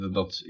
dat